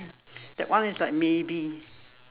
that one is like maybe